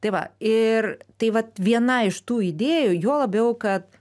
tai va ir tai vat viena iš tų idėjų juo labiau kad